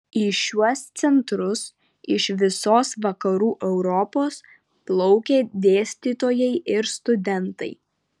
į šiuos centrus iš visos vakarų europos plaukė dėstytojai ir studentai